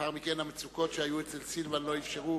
לאחר מכן המצוקות שהיו אצל סילבן לא אפשרו